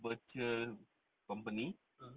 virtual company